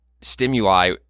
stimuli